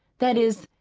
that is,